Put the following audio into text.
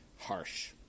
harsh